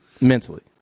mentally